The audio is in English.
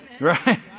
Right